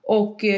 och